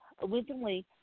Originally